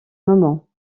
moment